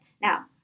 Now